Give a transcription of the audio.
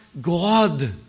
God